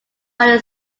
royal